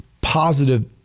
positive